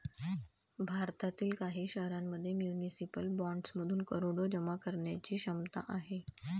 भारतातील काही शहरांमध्ये म्युनिसिपल बॉण्ड्समधून करोडो जमा करण्याची क्षमता आहे